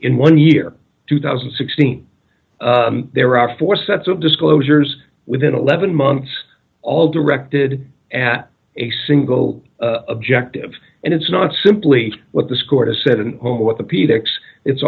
in one year two thousand and sixteen there are four sets of disclosures within eleven months all directed at a single objective and it's not simply what the scored a set an orthopedic so it's